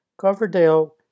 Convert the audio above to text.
Coverdale